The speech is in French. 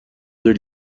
deux